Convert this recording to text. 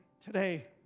today